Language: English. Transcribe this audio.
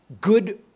good